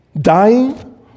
Dying